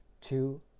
two